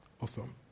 Awesome